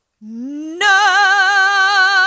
No